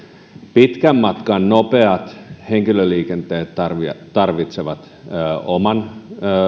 pitkän matkan nopeat henkilöliikenteet tarvitsevat tarvitsevat oman